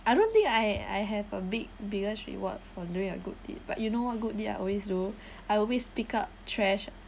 I don't think I have I have a big biggest reward for doing a good deed but you know what good deed I always do I always pick up trash